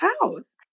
house